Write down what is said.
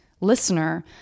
listener